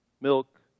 Milk